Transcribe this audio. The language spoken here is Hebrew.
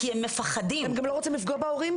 כי הם מפחדים- -- הם גם לא רוצים לפגוע בהורים שלהם.